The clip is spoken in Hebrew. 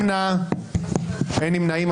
9 נמנעים,